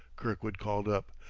kirkwood called up.